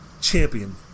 champion